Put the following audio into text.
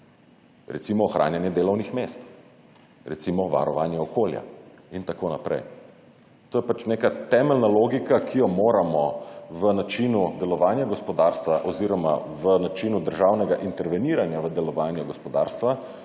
Recimo ohranjanje delovnih mest, recimo varovanje okolja in tako naprej. To je pač neka temeljna logika, ki jo moramo v načinu delovanja gospodarstva oziroma v načinu državnega interveniranja v delovanje gospodarstva